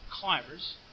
climbers